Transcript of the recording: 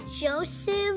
Joseph